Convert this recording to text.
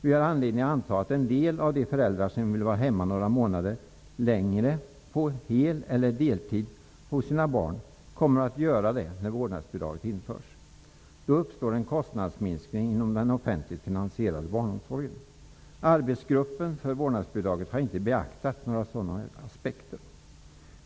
Vi har anledning att anta att en del av de föräldrar som vill vara hemma några månader längre på hel eller deltid hos sina barn kommer att vara det när vårdnadsbidraget införs. Då uppstår en kostnadsminskning inom den offentligt finanserade barnomsorgen. Arbetsgruppen för vårdnadsbidraget har inte beaktat några sådana aspekter.